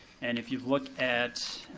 and if you look at,